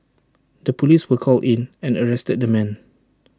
the Police were called in and arrested the man